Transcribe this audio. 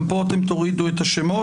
גם פה תורידו את השמות,